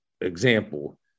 example